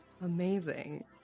Amazing